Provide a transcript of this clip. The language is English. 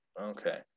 Okay